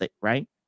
right